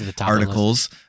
articles